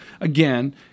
again